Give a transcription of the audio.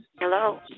Hello